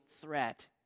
threat